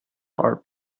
heart